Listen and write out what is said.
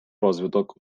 розвиток